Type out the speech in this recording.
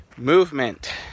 Movement